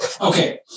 Okay